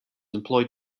employed